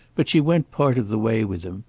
but she went part of the way with him,